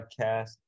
Podcast